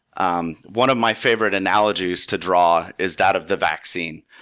um one of my favorite analogies to draw is that of the vaccine.